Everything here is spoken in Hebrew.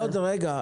עוד רגע.